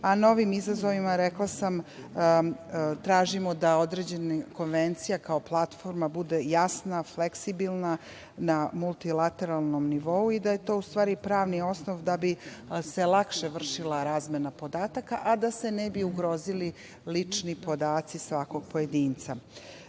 a novim izazovima, rekla sam, tražimo da određena konvencija, kao platforma, bude jasna, fleksibilna na multilateralnom nivou i da je to u stvari pravni osnov da bi se lakše vršila razmena podataka, a da se ne bi ugrozili lični podaci svakog pojedinca. Nov